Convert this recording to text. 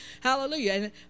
Hallelujah